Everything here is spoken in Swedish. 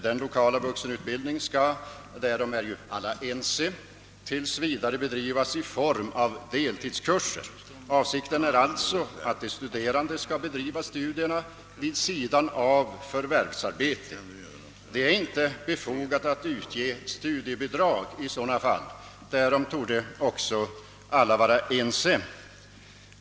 Den lokala vuxenutbildningen skall — därom är alla ense — tills vidare bedrivas i form av deltidskurser. Avsikten är alltså att de studerande skall bedriva studierna vid sidan av förvärvsarbete. Det är inte befogat att utge studiebidrag i sådana fall. Därom torde också alla vara ense.